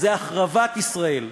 היא החרבת ישראל.